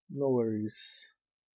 no worries